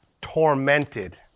tormented